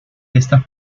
estas